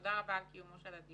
תודה עבור הדיון,